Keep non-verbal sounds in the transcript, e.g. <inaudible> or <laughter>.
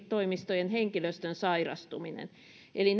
toimistojen henkilöstön sairastuminen eli <unintelligible>